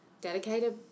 dedicated